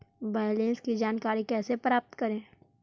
Balance की जानकारी कैसे प्राप्त करे?